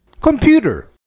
Computer